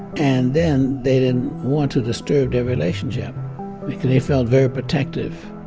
and then they didn't want to disturb their relationship because they felt very protective.